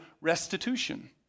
restitution